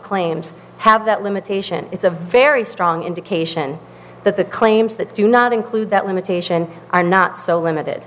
claims have that limitation it's a very strong indication that the claims that do not include that limitation are not so limited